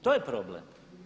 To je problem.